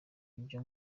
ibyo